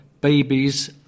babies